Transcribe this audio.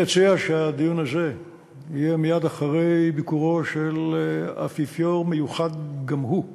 אני אציע שהדיון הזה יהיה מייד אחרי ביקורו של אפיפיור מיוחד גם הוא,